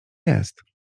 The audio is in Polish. jest